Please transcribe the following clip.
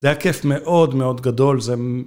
זה היה כיף מאוד מאוד גדול